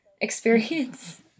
experience